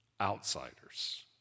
outsiders